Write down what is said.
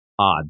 odd